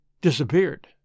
Disappeared